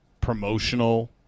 Promotional